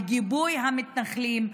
בגיבוי המתנחלים.